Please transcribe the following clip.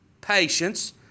Patience